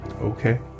Okay